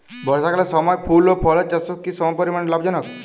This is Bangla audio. বর্ষাকালের সময় ফুল ও ফলের চাষও কি সমপরিমাণ লাভজনক?